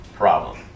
problem